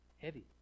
heavy